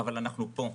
אבל אנחנו פה,